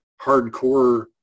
hardcore